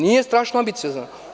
Nije strašno ambiciozan.